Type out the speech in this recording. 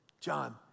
John